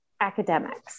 academics